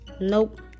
Nope